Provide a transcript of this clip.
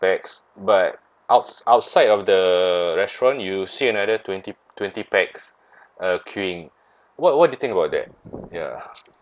pax but outs~ outside of the restaurant you see another twenty twenty pax uh queuing what what do you think about that ya